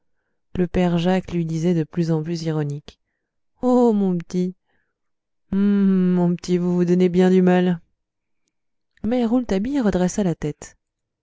le père jacques lui disait de plus en plus ironique oh mon p'tit oh mon p'tit vous vous donnez bien du mal mais rouletabille redressa la tête